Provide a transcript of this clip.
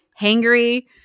hangry